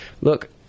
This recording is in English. look